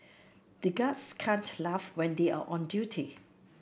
the guards can't laugh when they are on duty